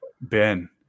Ben